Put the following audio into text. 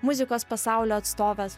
muzikos pasaulio atstoves